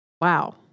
Wow